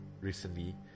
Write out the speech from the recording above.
recently